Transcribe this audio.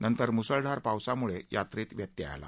नंतर मुसळधार पावसामुळे यात्रेत व्यत्यय आला